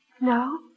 No